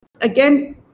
again